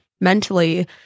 mentally